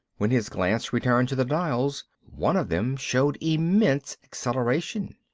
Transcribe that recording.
when his glance returned to the dials, one of them showed immense acceleration.